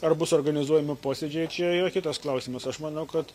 ar bus organizuojami posėdžiai čia jau kitas klausimas aš manau kad